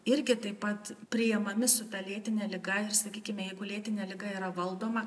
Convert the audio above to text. irgi taip pat priemami su ta lėtine liga ir sakykime jeigu lėtinė liga yra valdoma